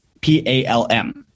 P-A-L-M